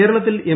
കേരളത്തിൽ എം